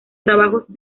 trabajos